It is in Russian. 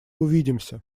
увидимся